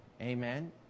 amen